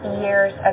years